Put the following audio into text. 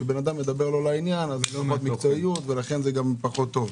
כשאדם מדבר לא לעניין אז גם אין מקצועיות ולכן זה פחות טוב.